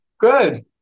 Good